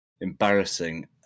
embarrassing